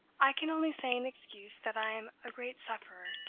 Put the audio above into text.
i can only say in excuse that i am a great sufferer,